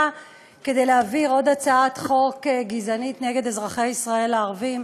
כדי להעביר עוד הצעת חוק גזענית נגד אזרחי ישראל הערבים,